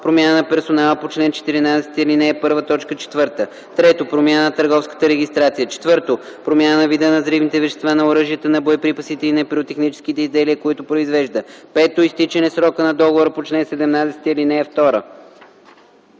промяна на персонала по чл. 14, ал. 1, т. 4; 3. промяна на търговската регистрация; 4. промяна на вида на взривните вещества, на оръжията, на боеприпасите и на пиротехническите изделия, които произвежда; 5. изтичане срока на договора по чл. 17, ал. 2.